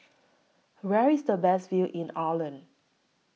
Where IS The Best View in Ireland